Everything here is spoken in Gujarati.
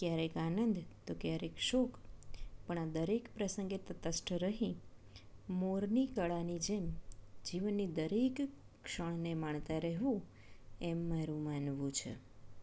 ક્યારેક આનંદ તો ક્યારેક શોક પણ આ દરેક પ્રસંગે તટસ્થ રહી મોરની કળાની જેમ જીવનની દરેક ક્ષણને માનતા રહેવું એમ મારું માનવું છે